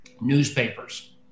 newspapers